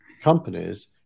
companies